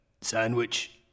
sandwich